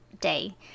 day